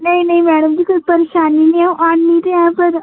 नेईं नेईं मैडम जी कोई परेशानी निं ऐ अ'ऊं औन्नी ते आं पर